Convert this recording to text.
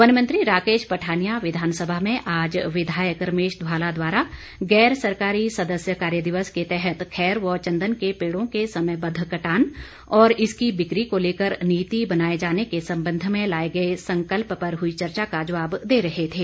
one मंत्री राकेश पठानिया विधानसभा में आज विधायक रमेश धवाला द्वारा गैर सरकारी सदस्य कार्य दिवस के तहत खैर व चंदन के पेड़ों के समयबद्व कटान और इसकी बिक्री को लेकर नीति बनाए जाने के संबंध में लाए गए संकल्प पर हुई चर्चा का जवाब दे रहे थे